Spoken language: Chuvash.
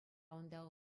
унта